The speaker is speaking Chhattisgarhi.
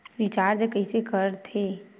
रिचार्ज कइसे कर थे?